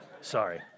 Sorry